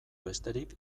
besterik